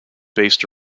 based